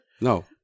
No